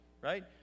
right